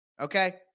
okay